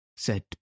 said